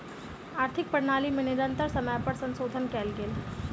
आर्थिक प्रणाली में निरंतर समय पर संशोधन कयल गेल